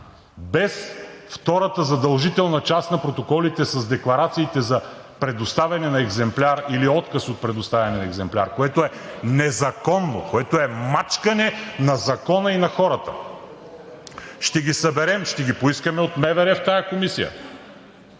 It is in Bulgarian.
без втората задължителна част на протоколите с декларациите за предоставяне на екземпляр, или отказ от предоставяне на екземпляр, което е незаконно, което е мачкане на закона и на хората… Ще ги съберем, ще ги поискаме от МВР в тази комисия.